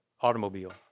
automobile